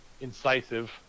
incisive